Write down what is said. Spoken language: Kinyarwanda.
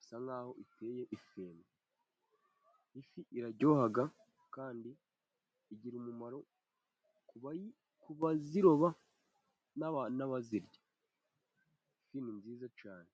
isa nkaho iteye ifemba. Ifi iraryoha kandi igira umumaro ku baziroba n'abazirya. Ifi ni nziza cyane.